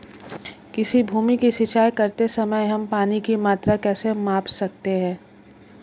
किसी भूमि की सिंचाई करते समय हम पानी की मात्रा कैसे माप सकते हैं?